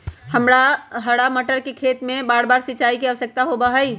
हरा मटर के खेत में बारबार सिंचाई के आवश्यकता होबा हई